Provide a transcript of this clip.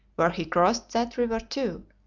where he crossed that river too,